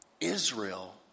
Israel